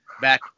back